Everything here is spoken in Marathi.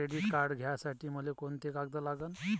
क्रेडिट कार्ड घ्यासाठी मले कोंते कागद लागन?